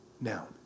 Now